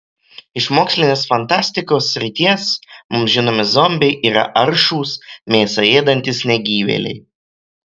iš mokslinės fantastikos srities mums žinomi zombiai yra aršūs mėsą ėdantys negyvėliai